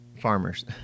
Farmers